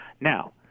Now